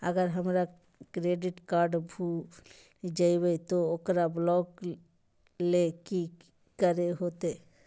अगर हमर credit card भूल जइबे तो ओकरा ब्लॉक लें कि करे होते?